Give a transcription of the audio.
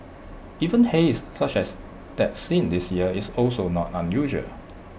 even haze such as that seen this year is also not unusual